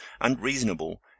unreasonable